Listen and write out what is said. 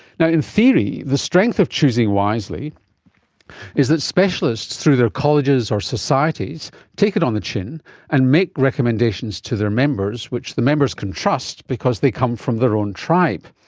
you know in theory, the strength of choosing wisely is that specialists through their colleges or societies take it on the chin and make recommendations to their members which the members can trust because they come from their own tribe.